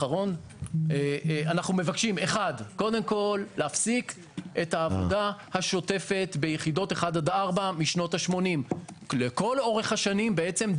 הראשון חייבים להפסיק להשתמש בפחם ומהר עד כמה שרק אפשר.